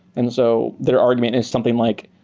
and so their argument is something like,